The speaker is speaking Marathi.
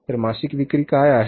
तर मासिक विक्री काय आहे